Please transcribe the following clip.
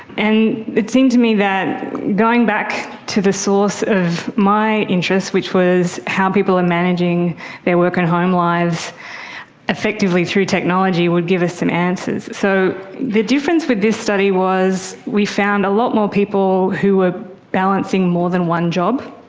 and it seemed to me that going back to the source of my interest, which was how people are managing their work and home lives effectively through technology would give us some answers. so the difference with this study was we found a lot more people who were balancing more than one job,